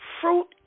Fruit